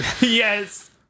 Yes